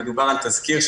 מדובר על תזכיר.